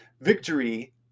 victory